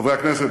חברי הכנסת,